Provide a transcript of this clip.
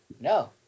No